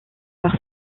par